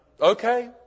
okay